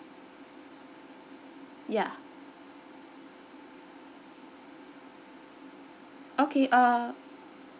ya okay uh